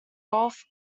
golf